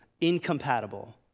incompatible